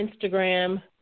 instagram